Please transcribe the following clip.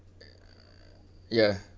ya